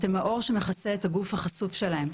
אתם האור שמכסה את הגוף החשוף שלהם.